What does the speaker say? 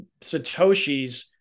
Satoshis